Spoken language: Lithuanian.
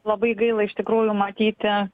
labai gaila iš tikrųjų matyti